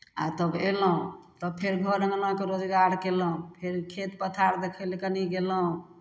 आ तब अयलहुँ तऽ फेर घर अङ्गनाके रोजगार कयलहुँ फेर खेत पथार देखय लए कनि गयलहुँ